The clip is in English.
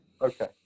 Okay